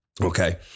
Okay